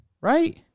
Right